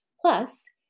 Plus